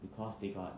because they got